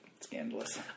scandalous